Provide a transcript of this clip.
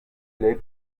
l’est